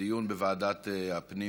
דיון בוועדת הפנים